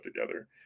together